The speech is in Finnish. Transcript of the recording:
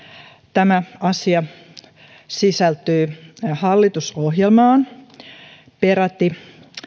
tämä asia sisältyy hallitusohjelmaan peräti